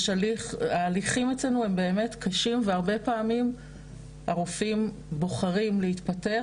ההליכים אצלנו הם באמת קשים והרבה פעמים הרופאים בוחרים להתפטר